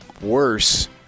worse